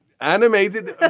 Animated